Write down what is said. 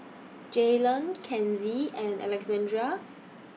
Jaylan Kenzie and Alexandrea